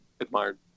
admired